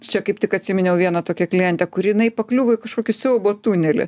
čia kaip tik atsiminiau vieną tokią klientę kuri jinai pakliuvo į kažkokį siaubo tunelį